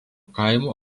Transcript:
kaimo